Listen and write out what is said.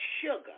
sugar